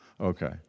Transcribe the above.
Okay